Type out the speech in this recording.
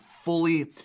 fully